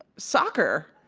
soccer.